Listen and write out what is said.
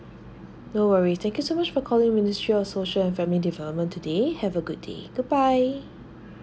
no worries thank you so much for calling ministry social family and development today have a good day goodbye